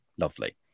Lovely